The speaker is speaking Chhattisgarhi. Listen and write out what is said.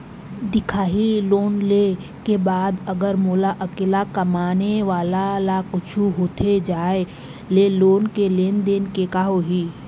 दिखाही लोन ले के बाद अगर मोला अकेला कमाने वाला ला कुछू होथे जाय ले लोन के लेनदेन के का होही?